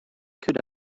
could